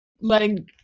letting